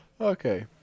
Okay